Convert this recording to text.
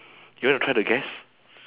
you want to try to guess